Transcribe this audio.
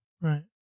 Right